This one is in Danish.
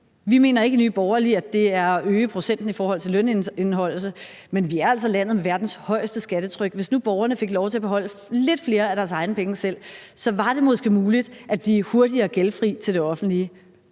Vi mener ikke i Nye Borgerlige, at det er at øge procenten i forhold til lønindeholdelse. Men vi er altså landet med verdens højeste skattetryk. Hvis nu borgerne fik lov til at beholde lidt flere af deres egne penge selv, var det måske muligt at blive hurtigere gældfri til det offentlige.